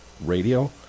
radio